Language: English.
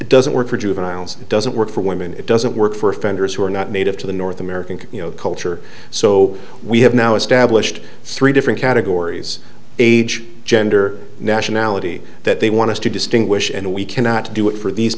doesn't work for juveniles it doesn't work for women it doesn't work for offenders who are not native to the north american culture so we have now established three different categories age gender nationality that they want to distinguish and we cannot do it for these